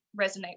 resonate